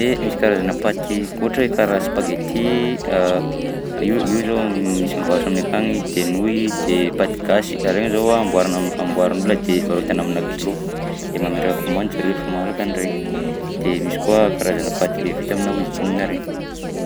Eh, misy karazana paty koa ohatra hoe karaha spaghetti, io io zao misy mivarotra aminay akagny; de nouille de paty gasy regny zao a amboarina am- amboarin'olona de varotana aminà kilao, de mametraka kaomandy zareo rehefa malaka an'regny; de misy koa karazana paty le vita aminà ozinina regny.